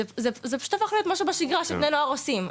זה פשוט הפך למשהו בשגרה שבני נוער עושים.